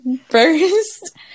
first